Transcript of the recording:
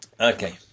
Okay